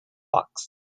bucks